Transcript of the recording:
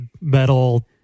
metal